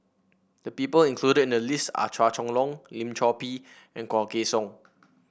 the people included in the list are Chua Chong Long Lim Chor Pee and Low Kway Song